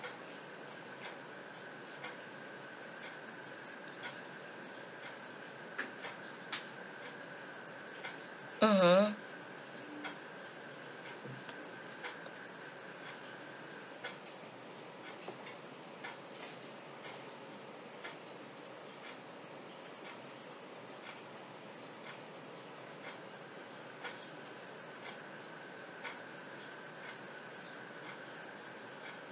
mmhmm